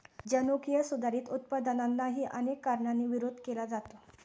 जनुकीय सुधारित उत्पादनांनाही अनेक कारणांनी विरोध केला जातो